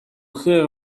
hear